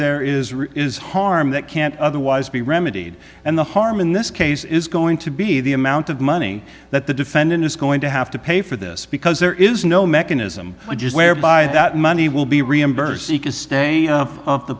there is real is harm that can't otherwise be remedied and the harm in this case is going to be the amount of money that the defendant is going to have to pay for this because there is no mechanism just whereby that money will be reimbursed seek a stay of the